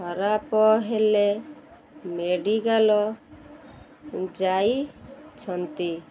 ଖରାପ ହେଲେ ମେଡ଼ିକାଲ୍ ଯାଇଛନ୍ତି